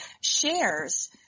shares